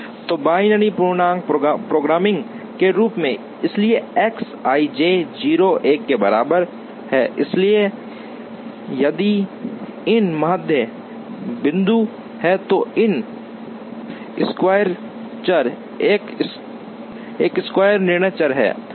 तो बाइनरी पूर्णांक प्रोग्रामिंग के रूप में इसलिए एक्स आईजे 0 1 के बराबर है इसलिए यदि एन माध्य बिंदु हैं तो एन स्क्वायर चर एन स्क्वायर निर्णय चर हैं